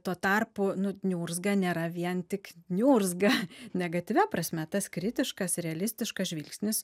tuo tarpu nu niurzga nėra vien tik niurzga negatyvia prasme tas kritiškas ir realistiškas žvilgsnis